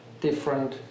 different